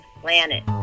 planet